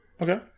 Okay